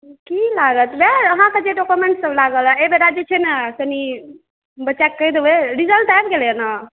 की लागत वएह अहाँके जे डॉक्यूमेंट सब लागल एहिबेरा जे छै ने कनी बच्चा के कहि देबै रिजल्ट आबि गेलैय ने